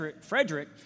Frederick